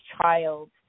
child